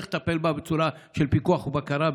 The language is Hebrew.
צריך לטפל בה בצורה של פיקוח ובקרה,